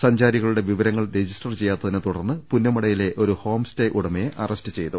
സഞ്ചാരികളുടെ വിവരങ്ങൾ രജിസ്റ്റർ ചെയ്യാത്തതിനെ തുടർന്ന് പുന്നമടയിലെ ഒരു ഹോം സ്റ്റേ ഉടമയെ അറസ്റ്റ് ചെയ്തു